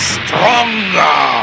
stronger